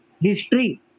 history